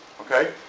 Okay